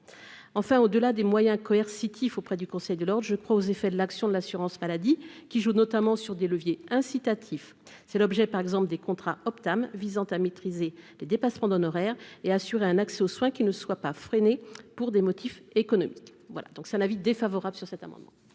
enfin, au delà des moyens coercitifs auprès du Conseil de l'Ordre je crois aux effets de l'action de l'assurance maladie qui joue notamment sur des leviers incitatifs, c'est l'objet par exemple des contrats Optam visant à maîtriser les dépassements d'honoraires et assurer un accès aux soins qui ne soit pas freiné pour des motifs économiques voilà donc c'est un avis défavorable sur cet amendement.